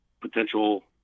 potential